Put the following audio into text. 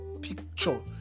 picture